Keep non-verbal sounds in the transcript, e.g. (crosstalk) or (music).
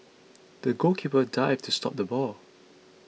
(noise) the goalkeeper dived to stop the ball